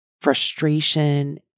frustration